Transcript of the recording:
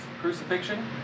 crucifixion